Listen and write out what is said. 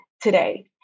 today